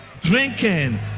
drinking